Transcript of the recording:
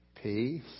Peace